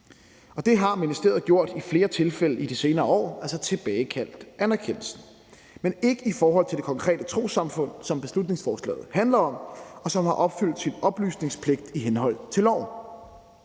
Ministeriet har i flere tilfælde i de senere år tilbagekaldt anerkendelsen – men ikke i forhold til det konkrete trossamfund, som beslutningsforslaget handler om, og som har opfyldt sin oplysningspligt i henhold til loven.